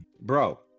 Bro